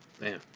Man